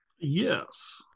Yes